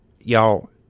Y'all